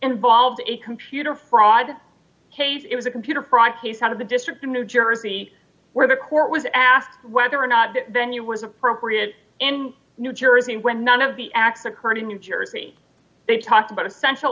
involved in a computer fraud case it was a computer fraud case out of the district in new jersey where the court was asked whether or not the new was appropriate in new jersey when none of the acts occurred in new jersey they talked about essential